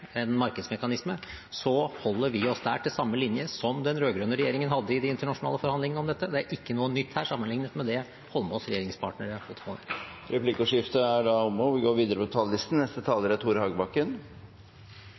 en markedsmekanisme, holder vi oss der til samme linje som den rød-grønne regjeringen hadde i de internasjonale forhandlingene om dette. Det er ikke noe nytt her sammenlignet med det Holmås’ regjeringspartnere holdt på med. Replikkordskiftet er omme.